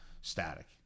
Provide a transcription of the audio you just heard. static